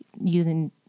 using